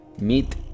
meet